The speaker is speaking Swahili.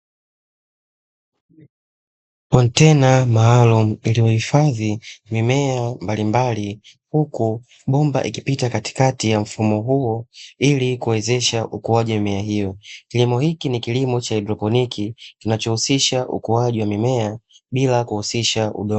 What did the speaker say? Kontena maalumu lililohifadhi mimea mbalimbali, huku bomba ikipita katikati ya mfumo huo, ili kuwezesha ukuaji wa mimea hiyo. Kilimo hiki ni kilimo cha haidroponi kinachohusisha ukuaji wa mimea bila kuhusisha udongo.